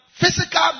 Physical